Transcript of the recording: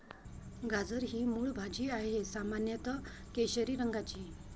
गाजर ही मूळ भाजी आहे, सामान्यत केशरी रंगाची